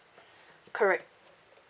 correct